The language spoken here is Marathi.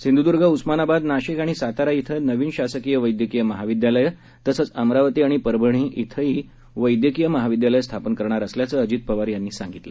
सिंधूर्द्ग उस्मानाबाद नाशिक आणि सातारा इथं नवीन शासकीय वैद्यकीय महाविद्यालयं तसंच अमरावती आणि परभणी इथंही वैद्यकीय महाविद्यालयं स्थापन करणार असल्याचं अजित पवार यांनी सांगितलं